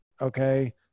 okay